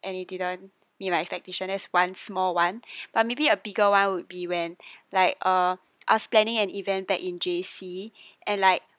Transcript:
and it didn't meet my expectation that's one small one but maybe a bigger one would be when like uh I was planning an event back in J_C and like